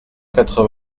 quatre